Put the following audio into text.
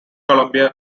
columbia